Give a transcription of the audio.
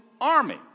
army